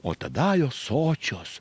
o tada jos sočios